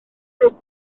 bwrdd